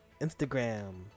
Instagram